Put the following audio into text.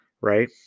Right